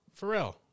Pharrell